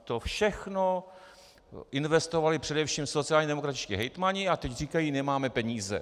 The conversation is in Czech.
To všechno investovali především sociálně demokratičtí hejtmani a teď říkají: nemáme peníze.